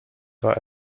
war